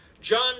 John